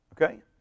Okay